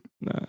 Nah